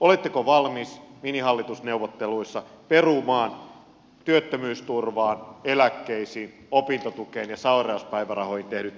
oletteko valmis minihallitusneuvotteluissa perumaan työttömyysturvaan eläkkeisiin opintotukeen ja sairauspäivärahoihin tehdyt indeksileikkaukset